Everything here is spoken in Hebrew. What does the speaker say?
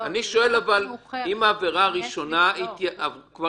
אני שואל כאשר העבירה הראשונה כבר